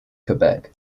quebec